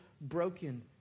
broken